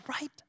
right